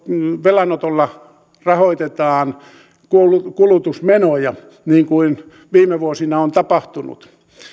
velanotolla rahoitetaan kulutusmenoja niin kuin viime vuosina on tapahtunut